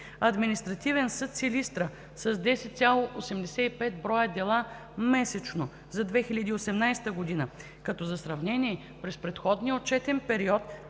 Административен съд София-град – 24,12 броя дела месечно за 2018 г., като за сравнение за предходния отчетен период